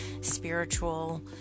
spiritual